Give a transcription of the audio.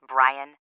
Brian